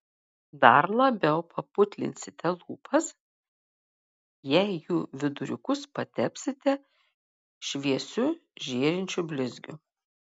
dar labiau paputlinsite lūpas jei jų viduriukus patepsite šviesiu žėrinčiu blizgiu